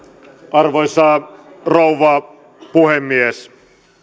arvoisa rouva puhemies